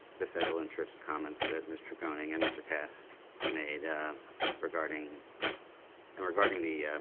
the federal interest comments that ms. tregoning and mr. kass made regarding and regarding the